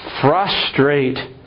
frustrate